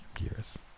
years